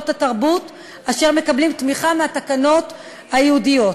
התרבות אשר מקבלים תמיכה לפי התקנות הייעודיות.